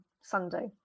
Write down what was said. Sunday